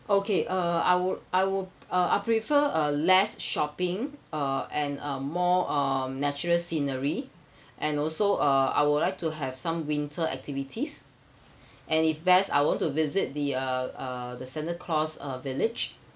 okay uh I'll I'll uh I'll prefer a less shopping uh and uh more um natural scenery and also uh I would like to have some winter activities and if best I want to visit the uh uh the santa claus uh village